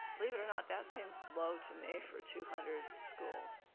believe it or not, that seems low to me for two hundred schools.